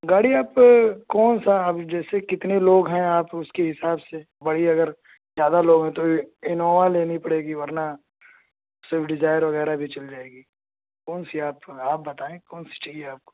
گاڑی آپ کون سا اب جیسے کتنے لوگ ہیں آپ اس کے حساب سے بڑی اگر زیادہ لوگ ہیں تو انووا لینی پڑے گی ورنہ سوئفٹ ڈیزائر وغیرہ بھی چل جائے گی کون سی آپ آپ بتائیں کون سی چاہیے آپ کو